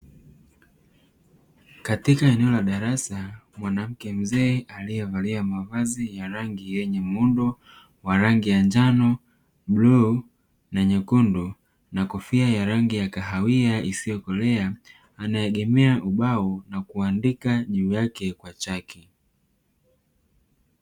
Katika eneo la darasa, mwanamke mzee aliyeyevalia mavazi yenye muundo wa rangi ya njano, bluu na na nyekundu, na kofia ya rangi ya kahawia isiyokolea, anaegemea ubao na kuandika juu yake kwa chaki.